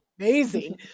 amazing